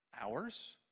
hours